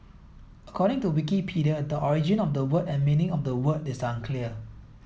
according to Wikipedia the origin of the word and meaning of the word is unclear